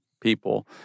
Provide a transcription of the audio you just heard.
people